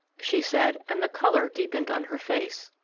she said, and the colour deepened on her face.